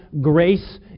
Grace